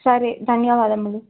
సరే ధన్యవాదములు